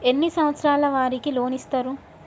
ఎన్ని సంవత్సరాల వారికి లోన్ ఇస్తరు?